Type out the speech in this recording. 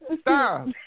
stop